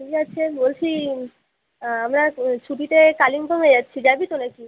ঠিক আছে বলছি আমরা ছুটিতে কালিম্পংয়ে যাচ্ছি যাবি তো নাকি